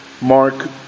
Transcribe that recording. Mark